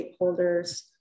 stakeholders